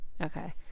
Okay